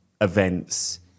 events